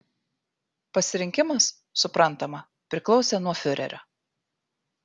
pasirinkimas suprantama priklausė nuo fiurerio